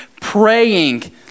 praying